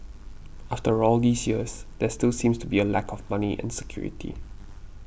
after all these years there still seems to be a lack of money and security